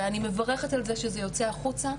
ואני מברכת על זה שזה יוצא החוצה.